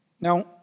Now